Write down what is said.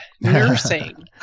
nursing